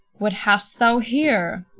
what hast thou here?